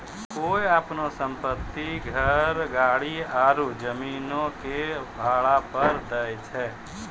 कोय अपनो सम्पति, घर, गाड़ी आरु जमीनो के भाड़ा पे दै छै?